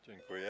Dziękuję.